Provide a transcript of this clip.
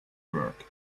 work